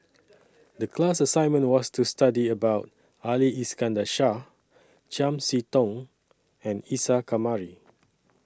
The class assignment was to study about Ali Iskandar Shah Chiam See Tong and Isa Kamari